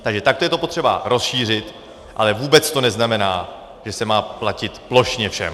Takže takto je to potřeba rozšířit, ale vůbec to neznamená, že se má platit plošně všem.